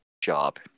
job